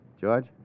George